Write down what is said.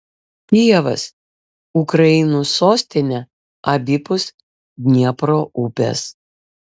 kijevas ukrainos sostinė abipus dniepro upės